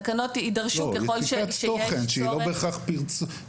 תקנות יידרשו ככל שיהיה צורך --- יציקת תוכן שהיא לא בהכרח צמצום.